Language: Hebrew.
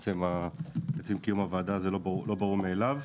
עצם קיום הוועדה זה לא ברור מאליו.